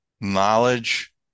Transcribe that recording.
knowledge